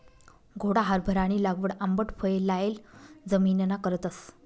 घोडा हारभरानी लागवड आंबट फये लायेल जमिनना करतस